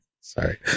Sorry